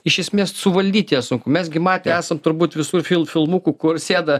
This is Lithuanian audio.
iš esmės suvaldyt ją sunku mes gi matę esam turbūt visur fil filmukų kur sėda